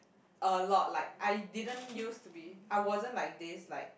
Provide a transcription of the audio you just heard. a lot like I didn't used to be I wasn't like this like